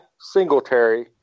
Singletary